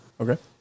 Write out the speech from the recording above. Okay